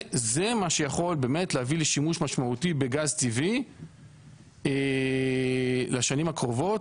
זה מה שיכול באמת להביא לשימוש משמעותי בגז טבעי לשנים הקרובות,